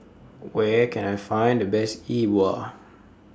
Where Can I Find The Best E Bua